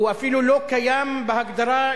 הוא אפילו לא קיים בהגדרה,